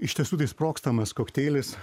iš tiesų tai sprogstamas kokteilis